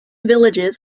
villages